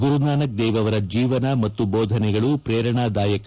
ಗುರುನಾನಕ್ ದೇವ್ ಅವರ ಜೀವನ ಮತ್ತು ಭೋಧನೆಗಳು ಪ್ರೇರಣಾದಾಯಕ